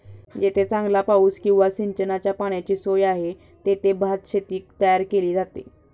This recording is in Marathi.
जेथे चांगला पाऊस किंवा सिंचनाच्या पाण्याची सोय आहे, तेथे भातशेती तयार केली जाते